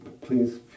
please